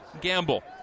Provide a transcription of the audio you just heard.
Gamble